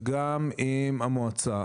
וגם עם המועצה,